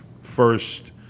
first